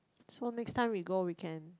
so next time we go we can